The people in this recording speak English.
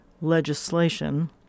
legislation